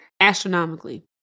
Astronomically